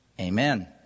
Amen